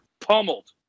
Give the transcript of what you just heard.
pummeled